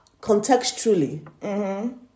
contextually